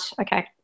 okay